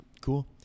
Cool